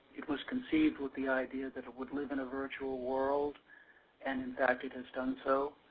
it was conceived with the idea that it would live in a virtual world and in fact it is done so.